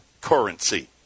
currency